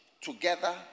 together